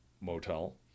motel